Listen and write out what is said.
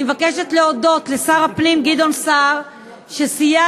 אני מבקשת להודות לשר הפנים גדעון סער שסייע